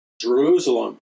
Jerusalem